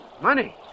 Money